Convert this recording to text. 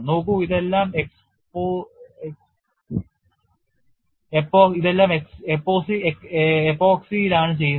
നോക്കൂ ഇതെല്ലാം എപോക്സിയിലാണ് ചെയ്യുന്നത്